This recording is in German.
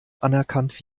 anerkannt